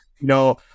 No